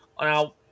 Now